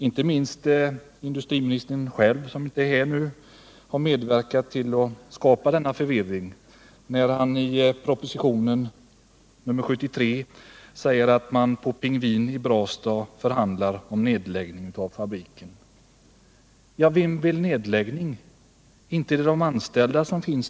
Inte minst industriministern själv har medverkat härtill, när han i propositionen 73 säger att man förhandlar om nedläggning av fabriken Pingvin i Brastad. Vem vill ha en nedläggning? Inte är det de anställda.